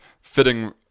fitting